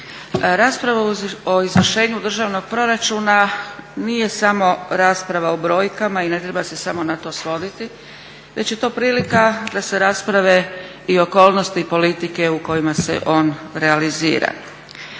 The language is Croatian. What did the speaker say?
Rasprava o izvršenju državnog proračuna nije samo rasprava o brojkama i ne treba se samo na to svoditi već je to prilika da se rasprave i okolnosti politike u kojima se on realizira.